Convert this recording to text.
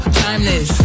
timeless